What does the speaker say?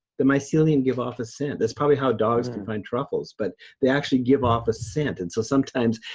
the mycelium give off a scent. that's probably how dogs can find truffles, but they actually give off a scent. and so sometimes,